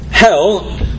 Hell